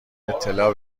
اطلاع